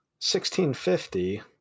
1650